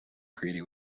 greedy